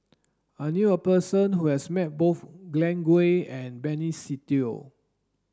I knew a person who has met both Glen Goei and Benny Se Teo